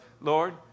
Lord